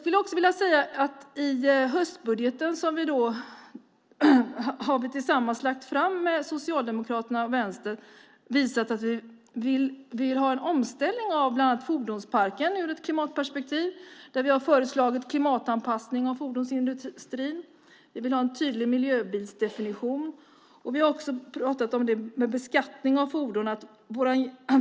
I förslaget till höstbudget som vi har lagt fram tillsammans med Socialdemokraterna och Vänstern har vi visat att vi vill ha en omställning av fordonsparken ur ett klimatperspektiv. Vi har föreslagit en klimatanpassning av fordonsindustrin. Vi vill ha en tydlig miljöbilsdefinition. Vi har också talat om beskattning av fordon.